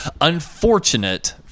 Unfortunate